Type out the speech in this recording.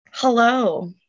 Hello